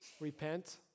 Repent